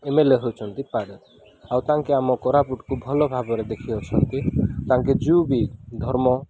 M L A ହଉଛନ୍ତି ପାର ଆଉ ତାଙ୍କେ ଆମ କୋରାପୁଟକୁ ଭଲ ଭାବରେ ଦେଖି ଅଛନ୍ତି ତାଙ୍କେ ଯେଉଁ ବି ଧର୍ମ